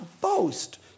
boast